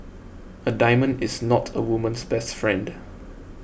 a diamond is not a woman's best friend